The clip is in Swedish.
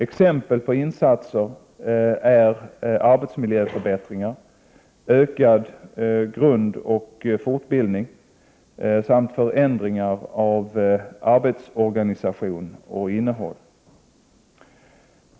Exempel på insatser är arbetsmiljöförbättringar, ökad grundoch fortbildning samt förändringar av arbetsorganisation och innehåll.